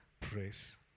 praise